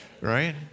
right